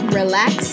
relax